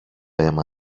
αίμα